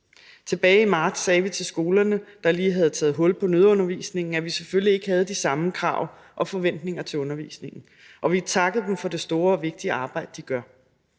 Tilbage i marts sagde vi til skolerne, der lige havde taget hul på nødundervisningen, at vi selvfølgelig ikke havde de samme krav og forventninger til undervisningen, og vi takkede dem for det store og vigtige arbejde, de gør.